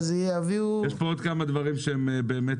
אז יביאו --- יש פה עוד כמה דברים שהם באמת,